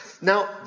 Now